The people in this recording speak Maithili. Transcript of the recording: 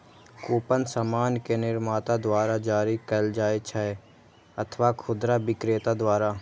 कूपन सामान के निर्माता द्वारा जारी कैल जाइ छै अथवा खुदरा बिक्रेता द्वारा